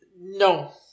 no